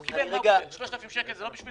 הוא קיבל 3,000 שקלים, זה לא בשביל